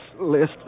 list